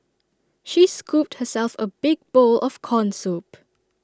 she scooped herself A big bowl of Corn Soup